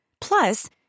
Plus